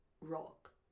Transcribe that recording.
Rock